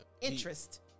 interest